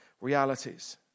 realities